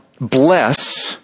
bless